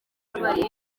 yabaye